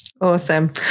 awesome